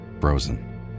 frozen